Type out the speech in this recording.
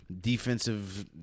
defensive